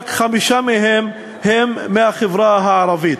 רק חמישה הם מהחברה הערבית.